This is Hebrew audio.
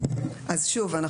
אז שוב,